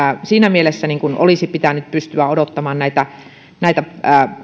siinä mielessä olisi pitänyt pystyä odottamaan näitä